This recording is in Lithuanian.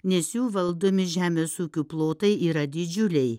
nes jų valdomi žemės ūkių plotai yra didžiuliai